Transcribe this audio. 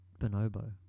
bonobo